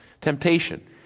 Temptation